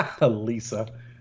Lisa